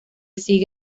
sigue